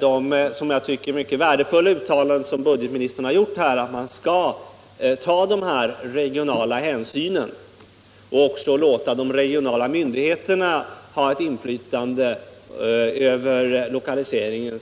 De mycket värdefulla uttalanden som budgetministern här gjort om att man skall ta lokala hänsyn och låta de regionala myndigheterna ha ett inflytande över lokaliseringen